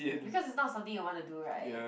because it's not something you wanna do [right]